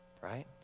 Right